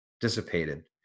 dissipated